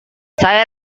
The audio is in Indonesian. saya